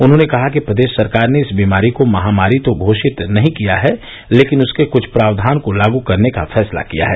उन्होंने कहा कि प्रदेश सरकार ने इस बीमारी को महामारी तो घोषित नही किया है लेकिन उसके कुछ प्रावधान को लागू करने का फैसला किया है